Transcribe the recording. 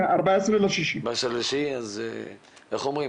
איך אומרים,